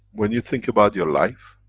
when you think about your life,